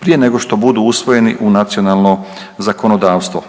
prije nego što budu usvojeni u nacionalno zakonodavstvo.